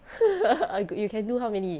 you can do how many